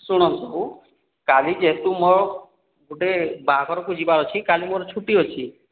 ଶୁଣନ୍ତୁ କାଲି ଯେହେତୁ ମୋର ଗୋଟିଏ ବାହାଘର ଯିବାର ଅଛି କାଲି ମୋର ଛୁଟି ଅଛି